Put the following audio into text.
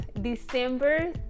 December